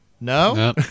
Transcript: No